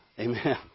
Amen